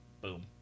boom